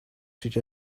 such